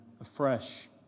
afresh